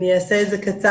אני אעשה את זה קצר,